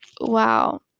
wow